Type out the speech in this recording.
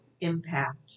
impact